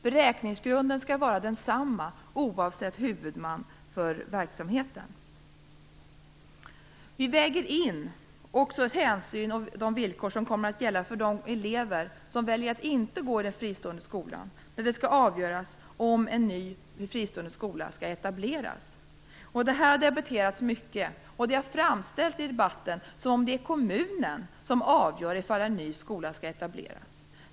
Beräkningsgrunden skall vara densamma oavsett huvudman för verksamheten. Vi väger också in de villkor som kommer att gälla för de elever som väljer att inte gå i den fristående skolan när det skall avgöras om en ny fristående skola skall etableras. Detta har debatterats mycket. Det har framställts i debatten som om det är kommunen som avgör om en ny skola skall etableras.